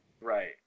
right